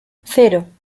cero